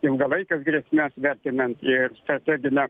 ilgalaikės grėsmes vertinant ir strateginę